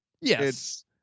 yes